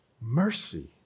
mercy